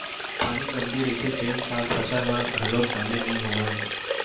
पानी कमती रहिथे तेन साल फसल ह घलोक बने नइ होवय